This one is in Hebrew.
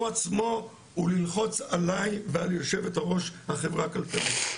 עצמו וללחוץ עלי ועל יושבת הראש בחברה הכלכלית.